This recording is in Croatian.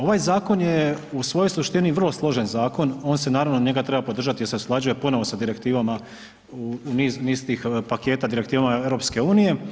Ovaj zakon je u svojoj suštini vrlo složen zakon, on se naravno, njega treba podržati jer se usklađuje ponovo sa direktivama, niz, niz tih paketa, Direktivama EU.